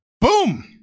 Boom